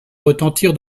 retentir